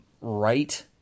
right